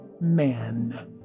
Man